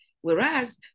Whereas